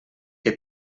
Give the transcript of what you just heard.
que